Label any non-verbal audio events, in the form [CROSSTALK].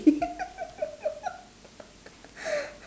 [LAUGHS]